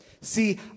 See